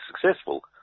successful